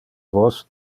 vos